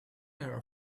her